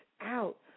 out